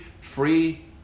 free